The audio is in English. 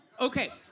Okay